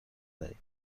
دهید